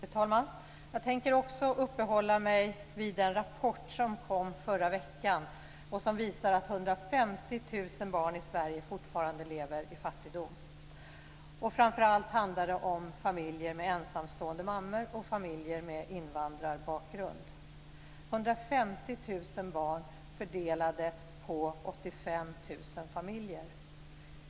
Fru talman! Jag tänker också uppehålla mig vid den rapport som kom förra veckan som visar att 150 000 barn i Sverige fortfarande lever i fattigdom. Framför allt handlar det om familjer med ensamstående mammor och familjer med invandrarbakgrund. Det är 150 000 barn fördelade på 85 000 familjer.